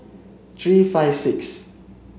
three five six